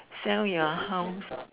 sell your house